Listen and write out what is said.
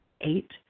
Eight